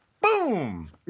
Boom